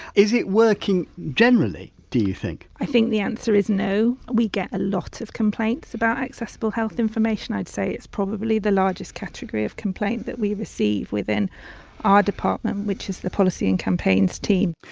is it working generally do you think? fothergilli think the answer is no. we get a lot of complaints about accessible health information, i'd say it's probably the largest category of complaint that we receive within our department, which is the policy and campaigns team.